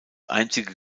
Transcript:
einzige